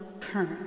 current